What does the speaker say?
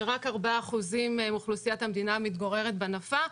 כשרק 4% מאוכלוסיית המדינה מתגוררים בנפה.